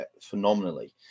phenomenally